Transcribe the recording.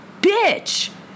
bitch